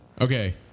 Okay